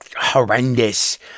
horrendous